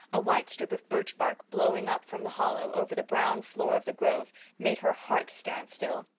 a white strip of birch bark blowing up from the hollow over the brown floor of the grove made her heart stand still.